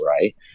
Right